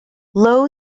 low